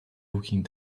looking